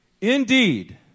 Indeed